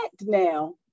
now